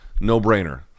no-brainer